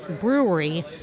brewery